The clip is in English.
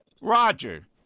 Roger